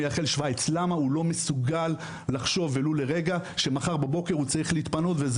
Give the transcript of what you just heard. הוא לא מסוגל לחשוב ולו לרגע שמחר בבוקר הוא צריך להתפנות וזה